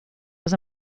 was